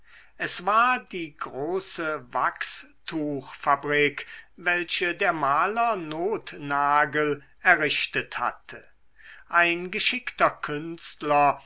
es war die große wachstuchfabrik welche der maler nothnagel errichtet hatte ein geschickter künstler